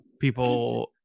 people